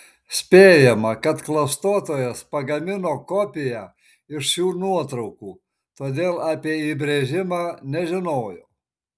spėjama kad klastotojas pagamino kopiją iš šių nuotraukų todėl apie įbrėžimą nežinojo